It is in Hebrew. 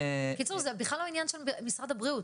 בקיצור, זה בכלל לא עניין של משרד הבריאות.